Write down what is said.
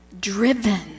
driven